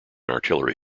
artillery